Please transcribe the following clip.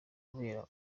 kubera